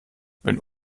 wenn